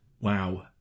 Wow